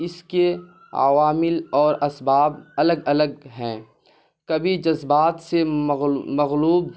اس کے عوامل اور اسباب الگ الگ ہیں کبھی جذبات سے مغلوب